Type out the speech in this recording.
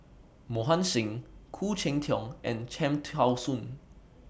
Mohan Singh Khoo Cheng Tiong and Cham Tao Soon